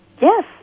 Yes